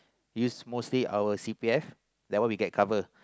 use mostly our C_P_F that one we get covered